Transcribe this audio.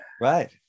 right